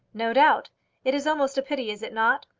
no doubt it is almost a pity is it not?